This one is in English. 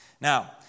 Now